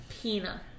Pina